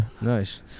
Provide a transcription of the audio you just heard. nice